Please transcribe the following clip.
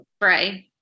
right